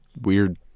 weird